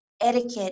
etiquette